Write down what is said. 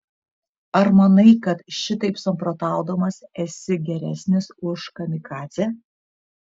ar manai kad šitaip samprotaudamas esi geresnis už kamikadzę